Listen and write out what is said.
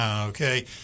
Okay